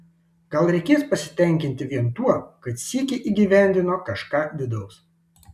gal reikės pasitenkinti vien tuo kad sykį įgyvendino kažką didaus